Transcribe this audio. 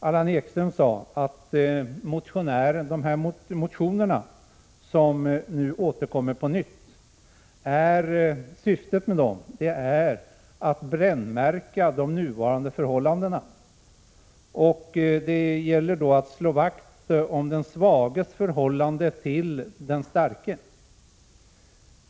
Allan Ekström sade att syftet med dessa motioner som nu återkommer på nytt är att brännmärka de nuvarande förhållandena. Det gäller att slå vakt om den svages förhållande till den starke.